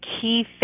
key